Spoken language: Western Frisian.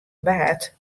waard